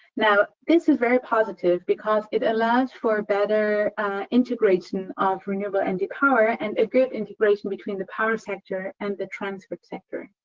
now, this is very positive, because it allows for better integration of renewable energy power, and a good integration between the power sector and the transport sector.